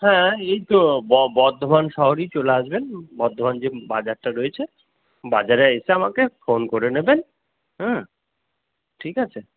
হ্যাঁ এই তো বর্ধমান শহরেই চলে আসবেন বর্ধমান যে বাজারটা রয়েছে বাজারে এসে আমাকে ফোন করে নেবেন হুম ঠিক আছে